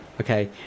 Okay